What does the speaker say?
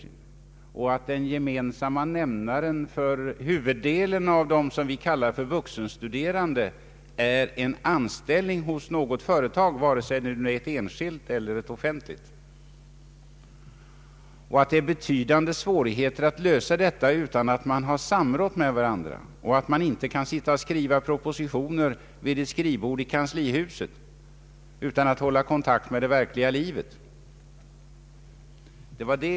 Jag sade att den gemensamma nämnaren för huvuddelen av dem som vi kallar för vuxenstuderande är en anställning hos något företag, antingen ett enskilt eller ett offentligt, att det är förenat med betydande svårigheter att försöka lösa problemen utan samråd och att man inte kan sitta och skriva propositioner vid ett skrivbord i kanslihuset utan att hålla kontakt med det verkliga livet.